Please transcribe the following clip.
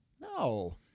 No